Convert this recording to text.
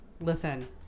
listen